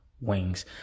wings